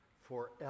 Forever